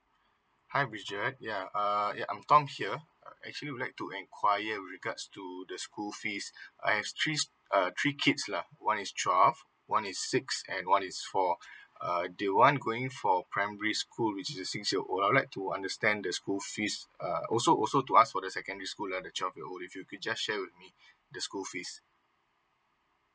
hi richard ya uh ya I'm tom here uh actually would like to inquire regards to the school fees I have three uh three kids lah one is twelve one is six and one is four uh the one going for primary school which is the six years old I would like to understand the school fees uh also also to ask for the secondary school lah the twelve year old if you could just share with me the school fees